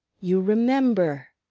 you remember!